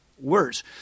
words